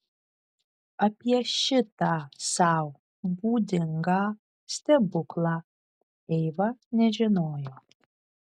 apie šitą sau būdingą stebuklą eiva nežinojo